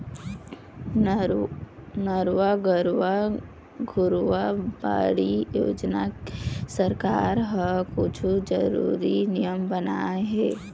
नरूवा, गरूवा, घुरूवा, बाड़ी योजना के सरकार ह कुछु जरुरी नियम बनाए हे